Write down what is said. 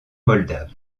moldave